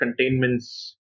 containments